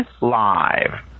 live